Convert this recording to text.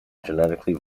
genetically